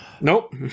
nope